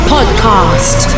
Podcast